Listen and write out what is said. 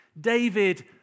David